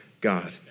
God